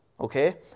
Okay